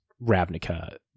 Ravnica